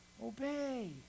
Obey